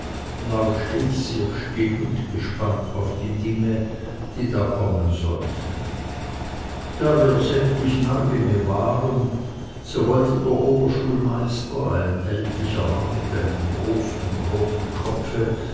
ich sehr still und gespannt auf die dinge die da kommen sollten da wir sämtlich neulinge waren so wollte der oberschulmeister ein ältlicher mann mit einem großen groben